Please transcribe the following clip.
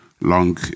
long